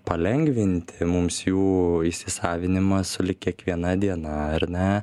palengvinti mums jų įsisavinimą sulig kiekviena diena ar ne